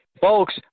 Folks